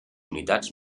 unitats